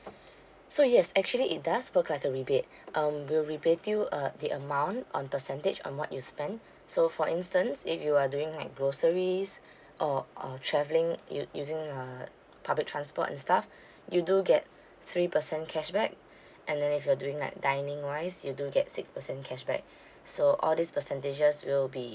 so yes actually it does look like a rebate um we'll rebate you uh the amount on percentage on what you spent so for instance if you are doing like groceries or uh travelling u~ using uh public transport and stuff you do get three percent cashback and then if you're doing like dining wise you do get six percent cashback so all these percentages will be